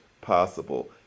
possible